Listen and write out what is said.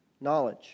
knowledge